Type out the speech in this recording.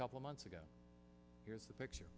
couple months ago here's the picture